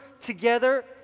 together